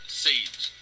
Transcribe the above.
seeds